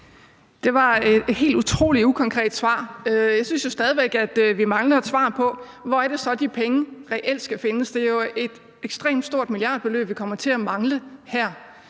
Det var et helt utrolig ukonkret svar. Jeg synes jo stadig væk, at vi mangler et svar på, hvor det så er de penge reelt skal findes. Det er jo et ekstremt stort milliardbeløb, vi her kommer til at mangle.